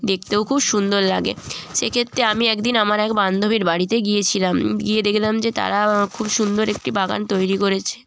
দেখতেও খুব সুন্দর লাগে সেক্ষেত্রে আমি একদিন আমার এক বান্ধবীর বাড়িতে গিয়েছিলাম গিয়ে দেখলাম যে তারা খুব সুন্দর একটি বাগান তৈরি করেছে